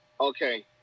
Okay